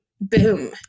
Boom